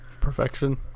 perfection